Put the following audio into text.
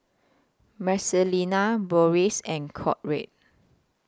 Marcelina Boris and Conrad